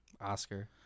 Oscar